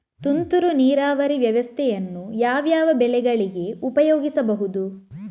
ತುಂತುರು ನೀರಾವರಿ ವ್ಯವಸ್ಥೆಯನ್ನು ಯಾವ್ಯಾವ ಬೆಳೆಗಳಿಗೆ ಉಪಯೋಗಿಸಬಹುದು?